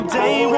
day